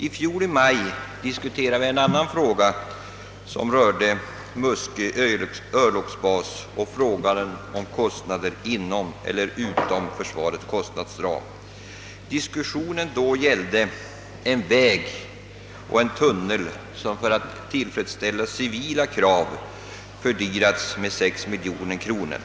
I maj i fjol diskuterade vi en annan fråga som rörde Muskö örlogs 929 bas och kostnader utom eller inom försvarets kostnadsram, Det gällde då en väg och en tunnel som för att tillfredsställa civila krav fördyrats med 6 miljoner kronor.